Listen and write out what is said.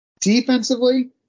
Defensively